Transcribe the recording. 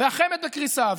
חמ"ד בקריסה,